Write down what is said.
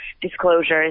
disclosures